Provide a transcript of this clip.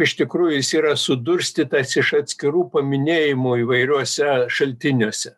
iš tikrų jis yra sudurstytas iš atskirų paminėjimų įvairiuose šaltiniuose